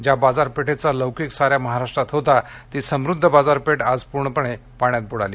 ज्या बाजारपेठेचा लौकिक सान्या महाराष्ट्रात होता ती समृध्द बाजारपेठ आज पूर्णपणे पाण्यात बुडाली